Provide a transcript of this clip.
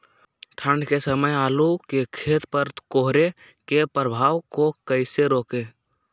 ठंढ के समय आलू के खेत पर कोहरे के प्रभाव को कैसे रोके?